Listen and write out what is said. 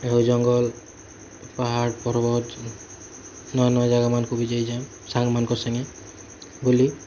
ଆଉ ଜଙ୍ଗଲ ପାହାଡ଼ ପର୍ବତ ନୂଆ ନୂଆ ଜାଗାମାନଙ୍କୁ ବି ଯାଇଛେ ସାଙ୍ଗ୍ମାନଙ୍କ ସାଙ୍ଗେ ବୁଲି